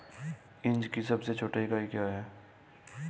Inch की सबसे छोटी इकाई क्या है?